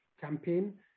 campaign